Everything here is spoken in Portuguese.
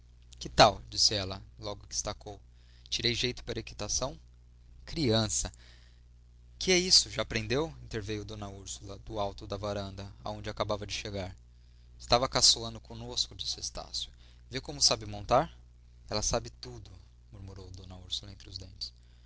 que tal disse ela logo que estacou terei jeito para a equitação criança que é isso já aprendeu interveio d úrsula do alto da varanda onde acabava de chegar estava caçoando conosco disse estácio vê como sabe montar ela sabe tudo murmurou d úrsula entre dentes